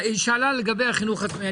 היא שאלה לגבי החינוך העצמאי.